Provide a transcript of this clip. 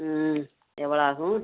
ம் எவ்வளோ ஆகும்